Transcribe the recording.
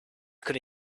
could